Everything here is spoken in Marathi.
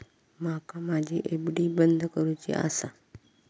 माका माझी एफ.डी बंद करुची आसा